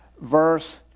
verse